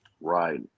Right